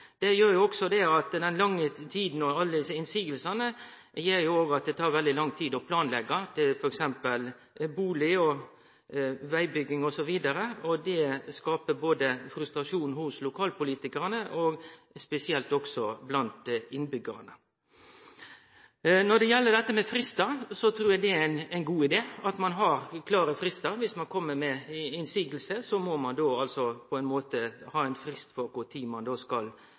Den lange tida og alle desse motsegnene gjer at det tar veldig lang tid å planleggje f.eks. bustad- og vegbygging, og det skaper frustrasjon blant lokalpolitikarane og spesielt blant innbyggjarane. Når det gjeld dette med fristar, trur eg det er ein god idé at ein har klare fristar. Dersom ein kjem med motsegner, må ein ha ein frist for kva tid ein skal gi ei tilbakemelding. Og om ein ikkje gjer det innan fristen, så fell det bort. Dette med at ein skal